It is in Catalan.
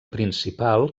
principal